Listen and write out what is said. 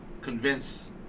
Convince